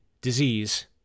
Disease